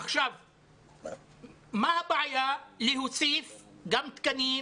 מה הבעיה להוסיף גם תקנים,